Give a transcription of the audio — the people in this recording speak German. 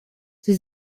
sie